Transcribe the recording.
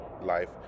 life